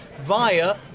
via